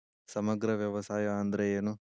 ಸಮಗ್ರ ವ್ಯವಸಾಯ ಅಂದ್ರ ಏನು?